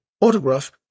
autograph